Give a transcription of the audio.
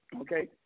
Okay